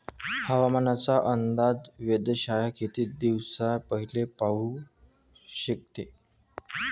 हवामानाचा अंदाज वेधशाळा किती दिवसा पयले देऊ शकते?